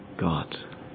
God